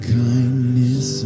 kindness